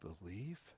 believe